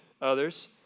others